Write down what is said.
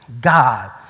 God